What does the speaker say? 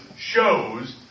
shows